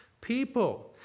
people